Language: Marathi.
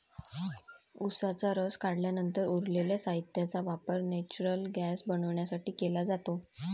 उसाचा रस काढल्यानंतर उरलेल्या साहित्याचा वापर नेचुरल गैस बनवण्यासाठी केला जातो